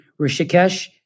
Rishikesh